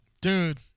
dude